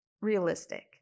realistic